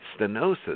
stenosis